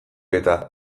eta